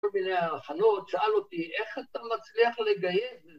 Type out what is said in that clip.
‫כל מיני הכנות שאלו אותי, ‫איך אתה מצליח לגייס?